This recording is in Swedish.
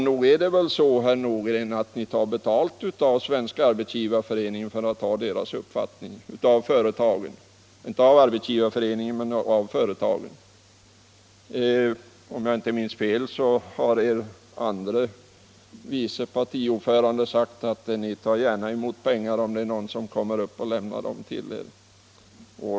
Nog är det väl så, herr Nordgren, att ni tar emot pengar av Svenska arbetsgivareföreningens medlemmar? Om jag inte minns fel har er andre vice partiordförande sagt att ni gärna tar emot pengar om någon kommer upp och lämnar dem till er.